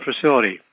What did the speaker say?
facility